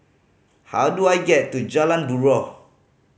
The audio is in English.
how do I get to Jalan Buroh